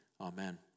Amen